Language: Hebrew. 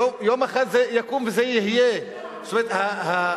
יום אחד זה יקום וזה יהיה, אין לך בושה,